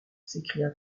s’écria